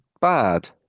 bad